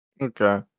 Okay